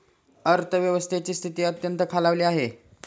अर्थव्यवस्थेची स्थिती अत्यंत खालावली आहे